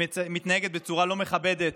היא מתנהגת בצורה לא מכבדת.